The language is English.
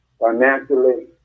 financially